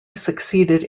succeeded